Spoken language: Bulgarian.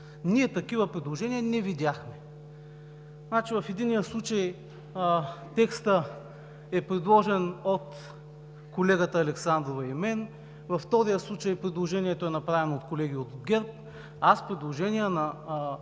Ние такива предложения не видяхме. В единия случай текстът е предложен от колегата Александрова и мен, във втория случай предложението е направено от колеги от ГЕРБ, аз предложения на